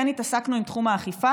כן התעסקנו עם תחום האכיפה,